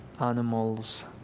animals